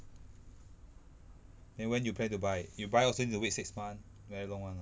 then when you plan to buy you buy also need to wait six month very long [one] ah